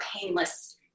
painless